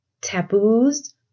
taboos